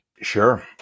Sure